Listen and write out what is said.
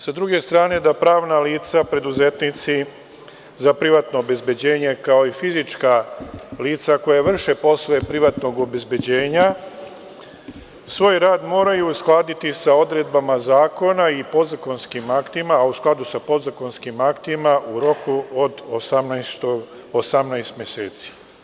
Sa druge strane, da pravna lica, preduzetnici za privatno obezbeđenje, kao i fizička lica koja vrše poslove privatnog obezbeđenja, svoj rad moraju uskladiti sa odredbama zakona i podzakonskim aktima, a u skladu sa podzakonskim aktima u roku od 18 meseci.